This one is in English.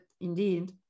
indeed